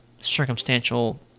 circumstantial